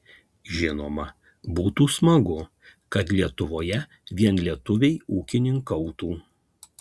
žinoma būtų smagu kad lietuvoje vien lietuviai ūkininkautų